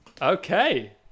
Okay